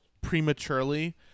prematurely